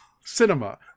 cinema